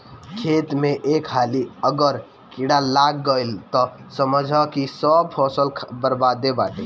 खेत में एक हाली अगर कीड़ा लाग गईल तअ समझअ की सब फसल बरबादे बाटे